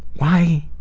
why,